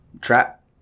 trap